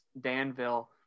danville